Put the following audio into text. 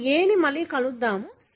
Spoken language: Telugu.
ఇప్పుడు A ని మళ్లీ చూద్దాం